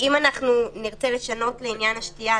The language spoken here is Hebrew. אם אנחנו נרצה לשנות לעניין השתייה,